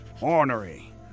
Ornery